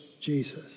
Jesus